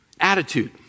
attitude